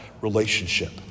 relationship